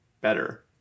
better